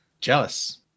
Jealous